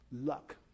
luck